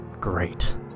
Great